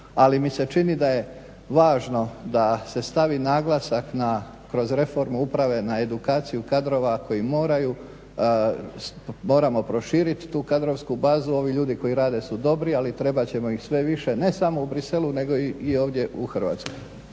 Ali mi se čini da je važno da se stavi naglasak na kroz reformu uprave na edukaciju kadrova ako i moraju, moramo proširiti tu kadrovsku bazu. Ovi ljudi koji rade su dobri, ali trebat ćemo ih sve više ne samo u Bruxellesu nego i ovdje u Hrvatskoj.